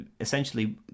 essentially